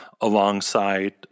alongside